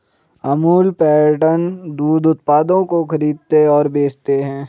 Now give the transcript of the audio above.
Amul pattern दूध उत्पादों की खरीदते और बेचते है